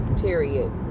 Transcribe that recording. Period